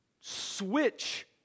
switch